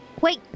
Wait